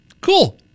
cool